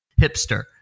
hipster